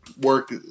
work